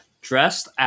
dressed